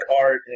art